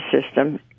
system